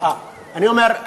אני אומר,